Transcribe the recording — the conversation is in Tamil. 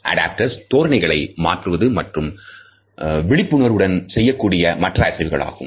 அடாப்டர்ஸ்ல் தோரணைகளை மாற்றுவது மற்றும் திரு விழிப்புணர்வோடு செய்யக்கூடிய மற்ற அசைவுக ளாகும்